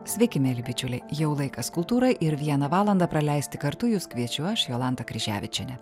sveiki mieli bičiuliai jau laikas kultūrai ir vieną valandą praleisti kartu jus kviečiu aš jolanta kryževičienė